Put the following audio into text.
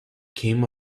came